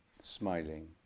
Smiling